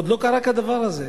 עוד לא קרה כדבר הזה.